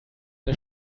der